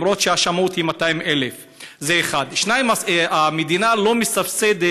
למרות שהשמאות היא 200,000. זה 1. 2. המדינה לא מסבסדת